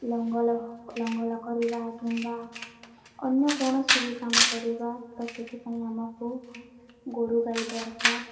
ଲଙ୍ଗଳ ଲଙ୍ଗଳ କରିବା କିମ୍ବା ଅନ୍ୟ କୌଣସି ବି କାମ କରିବା ତ ସେଥିପାଇଁ ଆମକୁ ଗୋରୁ ଗାଈ ଦରକାର